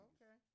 Okay